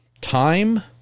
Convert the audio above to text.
Time